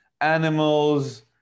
animals